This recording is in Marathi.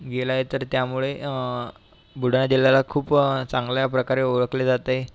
गेला आहे तर त्यामुळे बुलढाणा जिल्ह्याला खूप चांगल्या प्रकारे ओळखले जाते